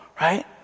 Right